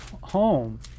home